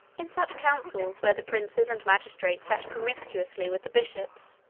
in such councils, where the princes and magistrates sat promiscuously with the bishops,